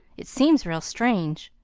it seems real strange.